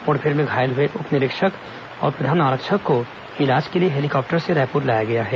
मुठभेड़ में घायल हुए उप निरीक्षक और प्रधान आरक्षक को इलाज के लिए हेलीकॉप्टर से रायपुर लाया गया है